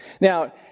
Now